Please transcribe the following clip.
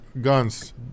guns